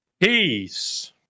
Peace